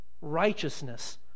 righteousness